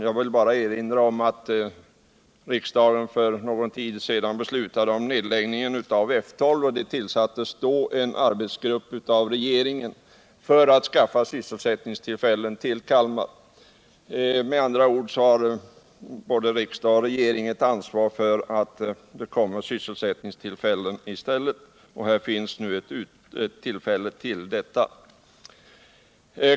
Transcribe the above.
Jag vill bara erinra om att riksdagen för någon tid sedan beslöt om nedläggning av F 12. Regeringen tillsatte då en arbetsgrupp med uppgift att undersöka möjligheterna att skapa sysselsättningstillfällen i Kalmar. Både riksdag och regering har med andra ord ett ansvar för det, och här har man nu ett utmärkt tillfälle.